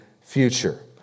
future